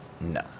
No